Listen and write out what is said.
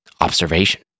observation